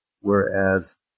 Whereas